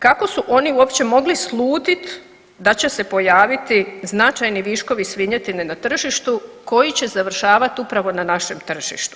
Kako su oni uopće mogli slutiti da će se pojaviti značajni viškovi svinjetine na tržištu koji će završavati upravo na našem tržištu?